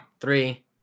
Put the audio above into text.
three